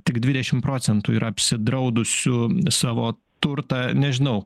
tik dvidešimt procentų yra apsidraudusių savo turtą nežinau